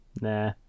Nah